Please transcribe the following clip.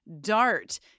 Dart